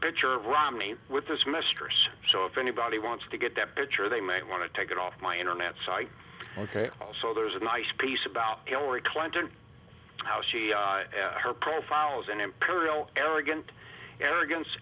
picture of romney with this mistress so if anybody wants to get that picture they may want to take it off my internet site ok so there's a nice piece about hillary clinton how she her profiles an imperial arrogant arrogance